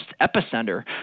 epicenter